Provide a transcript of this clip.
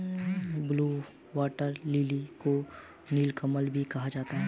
blue water lily को नीलकमल भी कहा जाता है